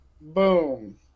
boom